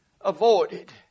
avoided